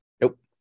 Nope